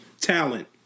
talent